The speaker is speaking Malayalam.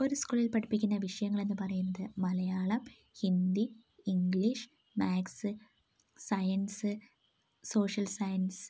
ഒരു സ്കൂളിൽ പഠിപ്പിക്കുന്ന വിഷയങ്ങൾ എന്നു പറയുന്നന്നത് Malayalam Hindi English maths science social science